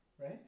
right